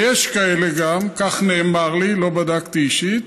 ויש כאלה גם, כך נאמר לי, לא בדקתי אישית,